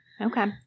Okay